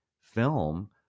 film